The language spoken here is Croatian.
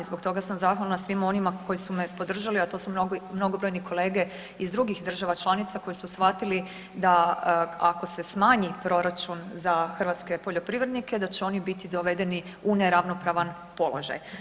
Zbog toga sam zahvalna svima onima koji su me podržali, a to su mnogobrojni kolege iz drugih država članica koji su shvatili da ako se smanji proračun za hrvatske poljoprivrednike da će oni biti dovedeni u neravnopravan položaj.